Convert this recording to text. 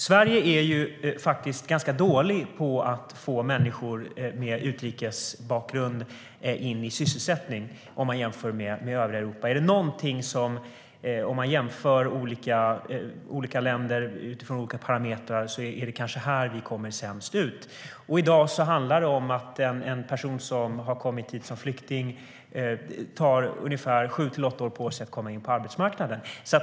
Sverige är ganska dåligt på att få människor med utrikes bakgrund in i sysselsättning jämfört med övriga Europa. Om man jämför olika länder utifrån olika parametrar är det kanske här vi kommer sämst ut. I dag handlar det om att en person som har kommit hit som flykting tar ungefär sju åtta år på sig att komma in på arbetsmarknaden.